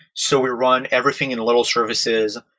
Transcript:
so we run everything in little services.